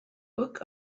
book